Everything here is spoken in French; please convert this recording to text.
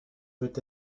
peut